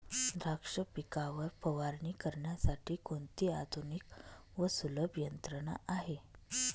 द्राक्ष पिकावर फवारणी करण्यासाठी कोणती आधुनिक व सुलभ यंत्रणा आहे?